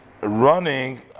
running